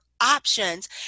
options